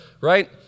right